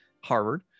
harvard